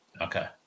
Okay